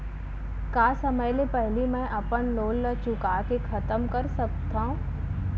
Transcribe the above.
का समय ले पहिली में अपन लोन ला चुका के खतम कर सकत हव?